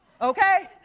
okay